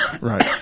Right